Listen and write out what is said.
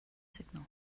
signal